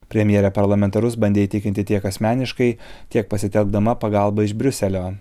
premjerė parlamentarus bandė įtikinti tiek asmeniškai tiek pasitelkdama pagalbą iš briuselio